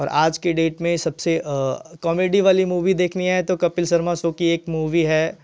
और आज की डेट में सबसे कॉमेडी वाली मूवी देखनी है तो कपिल शर्मा शो की एक मूवी है